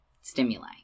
stimuli